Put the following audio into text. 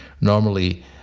normally